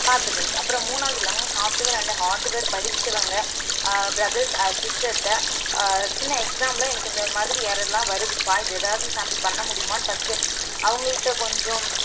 பார்த்துக்கணும் அப்புறம் மூணாவது உள்ளவங்க சாஃப்ட்டுவேர் அண்ட் ஹார்டுவேர் படிச்சவங்க ப்ரதர்ஸ் சிஸ்டர்கிட்ட சின்ன எக்ஸ்சாமமில் எனக்கு இந்தமாதிரி எரர்லாம் வருதுப்பா இது ஏதாவது சாம்பிள் பண்ண முடியுமான்னு ஃபஸ்ட்டு அவங்கள்கிட்ட கொஞ்சம்